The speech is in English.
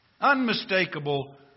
Unmistakable